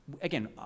again